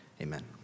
Amen